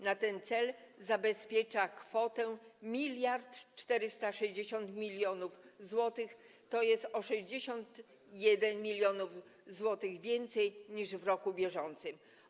Na ten cel zabezpiecza kwotę 1460 mln zł, tj. o 61 mln zł więcej niż w roku bieżącym.